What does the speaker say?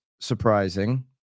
surprising